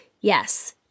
yes